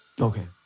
Okay